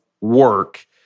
work